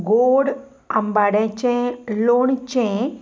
गोड आंबाड्याचें लोणचें